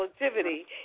relativity